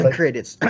credits